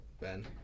Ben